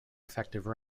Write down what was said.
effective